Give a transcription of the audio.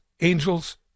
Angels